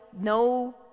no